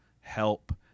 help